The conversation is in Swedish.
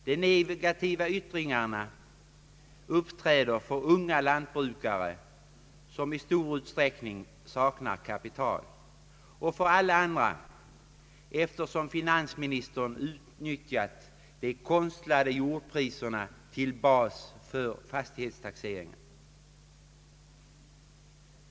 De negativa yttringarna uppträder för unga lantbrukare, som i stor utsträckning saknar kapital, och för alla andra, eftersom finansministern utnyttjat de konstlade jordpriserna som bas för fastighetstaxeringen.